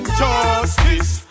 justice